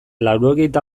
laurogeita